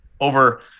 over